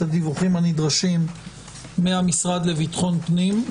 הדיווחים הנדרשים מהמשרד לביטחון פנים.